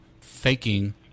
faking